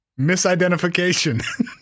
Misidentification